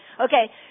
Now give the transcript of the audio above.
okay